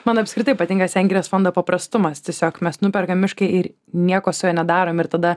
man apskritai patinka sengirės fondo paprastumas tiesiog mes nuperkam mišką ir nieko su juo nedarom ir tada